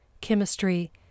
chemistry